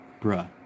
Bruh